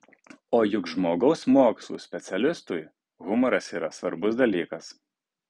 o juk žmogaus mokslų specialistui humoras yra svarbus dalykas